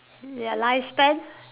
ya lifespan